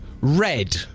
Red